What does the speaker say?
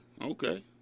Okay